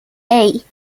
hey